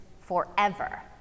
forever